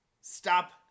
stop